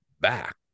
back